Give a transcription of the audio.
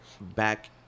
back